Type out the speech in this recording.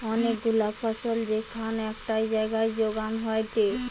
অনেক গুলা ফসল যেখান একটাই জাগায় যোগান হয়টে